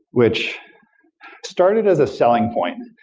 which started as a selling point,